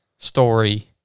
story